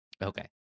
Okay